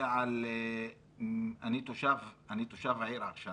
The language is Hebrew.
אני תושב העיר עכשיו.